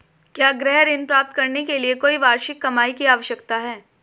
क्या गृह ऋण प्राप्त करने के लिए कोई वार्षिक कमाई की आवश्यकता है?